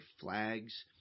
flags